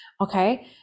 Okay